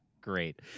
Great